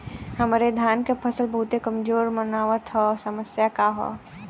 हमरे धान क फसल बहुत कमजोर मनावत ह समस्या का ह?